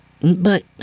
But